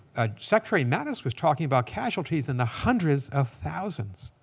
ah secretary mattis was talking about casualties in the hundreds of thousands.